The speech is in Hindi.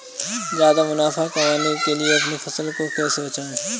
ज्यादा मुनाफा कमाने के लिए अपनी फसल को कैसे बेचें?